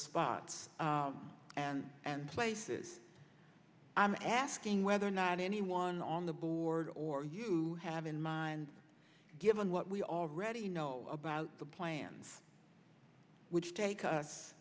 spots and and places i'm asking whether or not anyone on the board or you have in mind given what we all read you know about the plans which take